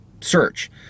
search